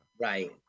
Right